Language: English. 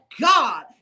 God